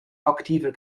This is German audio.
aktiver